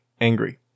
angry